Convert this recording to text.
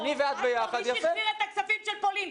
מי החזיר את הכספים של פולין?